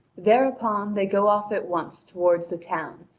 thereupon, they go off at once toward the town,